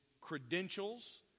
credentials